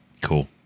Cool